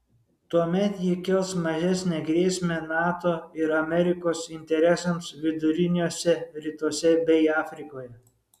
tuomet ji kels mažesnę grėsmę nato ir amerikos interesams viduriniuose rytuose bei afrikoje